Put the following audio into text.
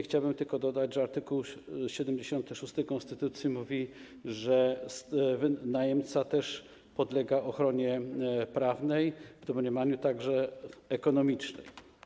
Chciałbym tylko dodać, że art. 76 konstytucji mówi, że najemca też podlega ochronie prawnej, w domniemaniu także ekonomicznej.